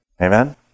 Amen